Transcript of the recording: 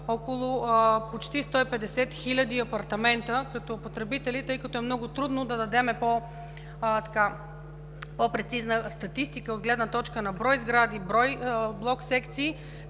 около почти 150 хиляди апартамента като потребители, тъй като е много трудно да дадем по-прецизна статистика от гледна точка на брой сгради, брой блок-секции,